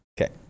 Okay